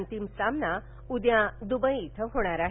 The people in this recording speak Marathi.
अंतिम सामना उद्या दुबई ॐ होणार आहे